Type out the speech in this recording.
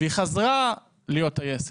והיא חזרה להיות טייסת.